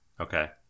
Okay